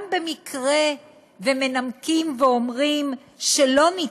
גם במקרה שמנמקים ואומרים שאי-אפשר,